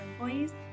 employees